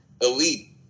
elite